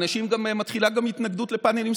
מתחילה גם התנגדות לפנלים סולריים,